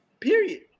Period